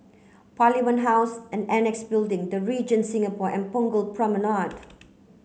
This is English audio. Parliament House and Annexe Building The Regent Singapore and Punggol Promenade